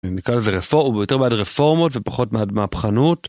נקרא לזה רפורמות ביותר בעד רפורמות ופחות בעד מהפכנות.